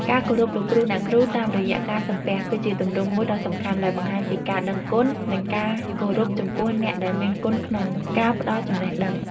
ការគោរពលោកគ្រូ អ្នកគ្រូតាមរយៈ ការសំពះ គឺជាទម្រង់មួយដ៏សំខាន់ ដែលបង្ហាញពីការដឹងគុណ និងការគោរពចំពោះអ្នកដែលមានគុណក្នុងការផ្ដល់ចំណេះដឹង។